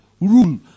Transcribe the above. Rule